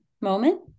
moment